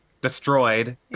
destroyed